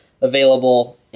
available